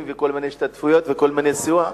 וכל מיני השתתפויות וכל מיני סיוע,